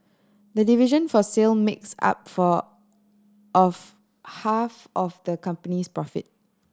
the division for sale makes up for of half of the company's profit